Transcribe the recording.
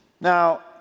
Now